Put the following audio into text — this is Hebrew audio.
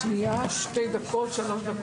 הישיבה ננעלה בשעה 10:30.